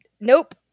Nope